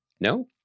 No